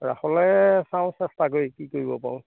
ৰাসলৈ চাওঁ চেষ্টা কৰি কি কৰিব পাৰোঁ